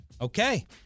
Okay